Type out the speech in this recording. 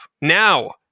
Now